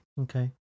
okay